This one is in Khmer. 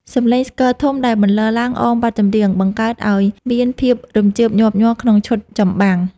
សំឡេងស្គរធំដែលបន្លឺឡើងអមបទចម្រៀង បង្កើតឱ្យមានភាពរំភើបញាប់ញ័រក្នុងឈុតចម្បាំង។